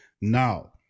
now